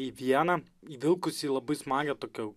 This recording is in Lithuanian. į vieną įvilkusi į labai smagią tokią